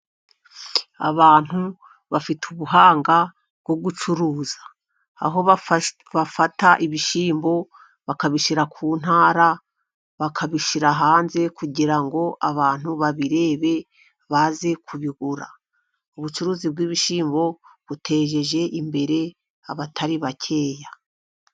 A bantu bafite ubuhanga bwo gucuruza, aho bafata ibishyimbo bakabishyira ku ntara bakabishyira hanze kugira ngo abantu babirebe baze kubigura ubucuruzi bw'ibishyimbo butejeje imbere abatari bakeya.